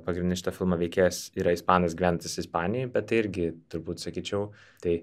pagrindinis šito filmo veikėjas yra ispanas gyvenantis ispanijoj bet tai irgi turbūt sakyčiau tai